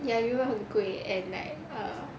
ya europe 很贵 and like err